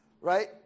right